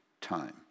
time